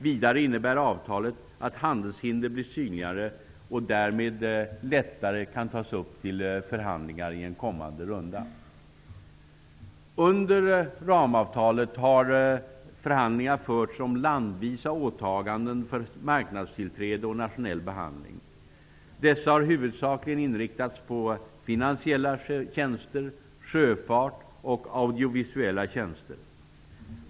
Vidare innebär avtalet att handelshinder blir synliga och därmed lättare kan tas upp till förhandlingar i en kommande runda. Under ramavtalet har förhandlingar förts om landvisa åtaganden för marknadstillträde och nationell behandling. Dessa har huvudsakligen inriktats på finansiella tjänster, sjöfart och audiovisuella tjänster.